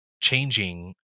changing